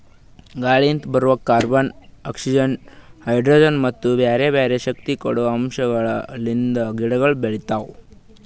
ಗಾಳಿಲಿಂತ್ ಬರದ್ carbon, oxygen, hydrogen ಮತ್ತ ಬ್ಯಾರೆ ಬ್ಯಾರೆ ಶಕ್ತಿ ಕೊಡದ್ ಅಂಶಗೊಳ್ ಲಿಂತ್ ಗಿಡಗೊಳ್ ಬೆಳಿತಾವ್